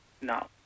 No